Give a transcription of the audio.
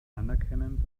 anerkennen